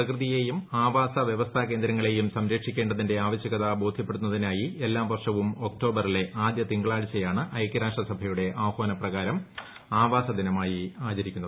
പ്രകൃതിയേയും ആവാസ വ്യവസ്ഥാ കേന്ദ്രങ്ങളേയും സംരക്ഷിക്കേണ്ടതിന്റെ ആവശ്യകത ബോധ്യപ്പെടുത്തുന്നതിനായി എല്ലാ വർഷവും ഒക്ടോബറിലെ ആദ്യ തിങ്കളാഴ്ചയാണ് ഐക്യരാഷ്ട്ര സ്ട്രഭയുടെ ആഹ്വാന പ്രകാരം ആവാസ ദിനമായി ആചരിക്കുന്നത്